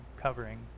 covering